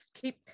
Keep